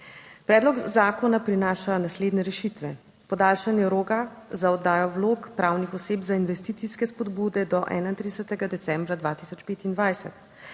Predlog zakona prinaša naslednje rešitve: podaljšanje roka za oddajo vlog pravnih oseb za investicijske spodbude do 31. decembra 2025.